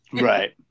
Right